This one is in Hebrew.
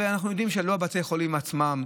הרי אנחנו יודעים שלא בתי החולים עצמם,